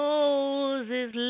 Moses